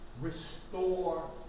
restore